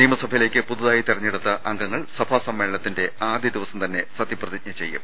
നിയമസഭയിലേക്ക് പുതിയതായി തെരഞ്ഞെടുത്ത അംഗങ്ങൾ സഭാ സമ്മേളനത്തിന്റെ ആദ്യ ദിവസം സത്യപ്രതിജ്ഞ ചെയ്യും